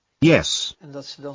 Yes